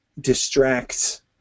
distracts